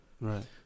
Right